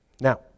Now